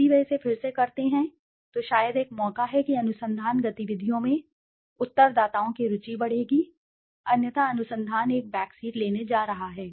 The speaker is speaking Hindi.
यदि वे इसे फिर से करते हैं तो शायद एक मौका है कि अनुसंधान गतिविधियों में उत्तरदाताओं की रुचि बढ़ेगी अन्यथा अनुसंधान एक बैकसीट लेने जा रहा है